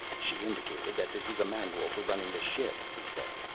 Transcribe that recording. she indicated that this is a manual for running the ship, he said.